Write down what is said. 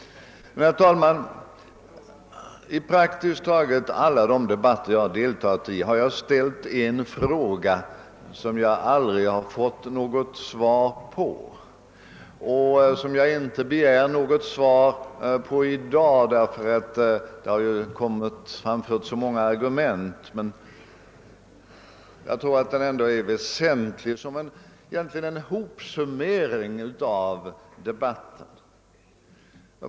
Herr talman! I praktiskt taget alla de debatter i denna fråga som jag deltagit i har jag ställt en fråga som jag aldrig har fått något svar på. Jag väntar inte något svar i dag heller, eftersom det re dan debatterats så länge. Jag tror att frågan är väsentlig och på sätt och vis innebär en hopsummering av debatten.